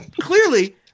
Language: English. clearly